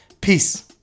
Peace